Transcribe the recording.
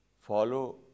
follow